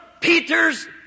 Peter's